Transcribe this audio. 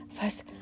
First